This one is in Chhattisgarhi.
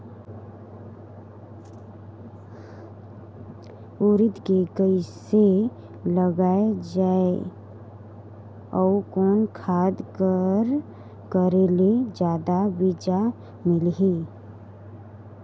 उरीद के कइसे लगाय जाले अउ कोन खाद कर करेले जादा बीजा मिलही?